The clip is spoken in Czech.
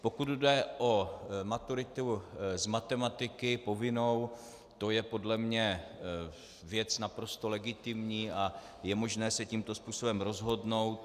Pokud jde o maturitu z matematiky, povinnou, to je podle mne věc naprosto legitimní a je možné se tímto způsobem rozhodnout.